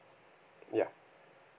ya